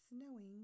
Snowing